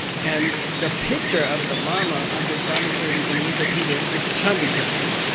and the picture of the lama under dharmakirti in wikipedia is chandrakirti,